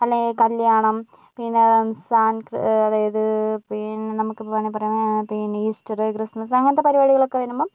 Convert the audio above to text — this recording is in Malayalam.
അല്ലേൽ കല്യാണം പിന്നെ റംസാൻ അതായത് പിന്നെ നമുക്കിപ്പോൾ വേണമെങ്കിൽ തുടങ്ങാം പിന്നെ ഈസ്റ്ററ് ക്രിസ്മസ് അങ്ങനത്തെ പരിപാടികളൊക്കെ വരുമ്പോൾ